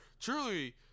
truly